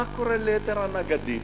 מה קורה ליתר הנגדים?